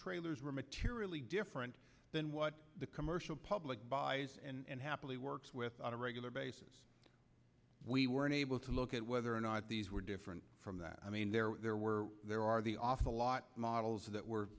trailers were materially different than what the commercial public buys and happily works with on a regular basis we were unable to look at whether or not these were different from that i mean there were there were there are the awful lot models that were